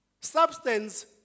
Substance